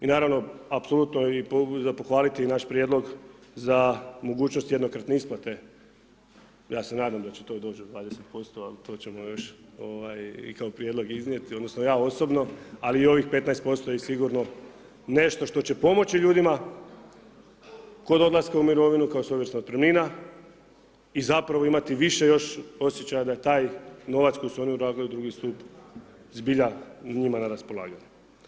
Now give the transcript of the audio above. I naravno, apsolutno za pohvaliti i naš prijedlog za mogućnost jednokratne isplate, ja se nadam da će to doći do 20%, ali to ćemo još i kao prijedlog iznijeti, odnosno ja osobno, ali ovih 15% je sigurno nešto što će pomoći ljudima kod odlaska u mirovinu kao svojevrsna otpremnina i zapravo imati više još osjećaja da je taj novac koji su oni ugradili u drugi stup zbilja njima na raspolaganju.